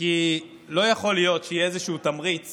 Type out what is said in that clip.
כי לא יכול להיות שיהיה איזשהו תמריץ